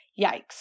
yikes